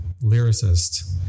lyricist